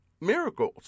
miracles